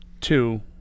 two